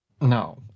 No